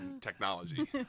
technology